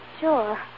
Sure